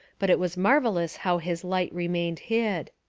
but it was marvellous how his light remained hid.